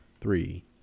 Three